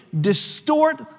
distort